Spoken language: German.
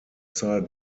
zahl